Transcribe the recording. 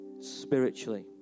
spiritually